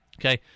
Okay